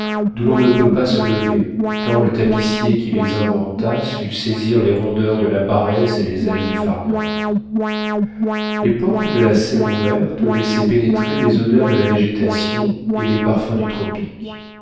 d'où l'on ne peut pas se lever tant le tapissier qui les inventa sut saisir les rondeurs de la paresse et les aises du far niente les portes de la serre ouvertes laissaient pénétrer les odeurs de la végétation et les parfums du tropique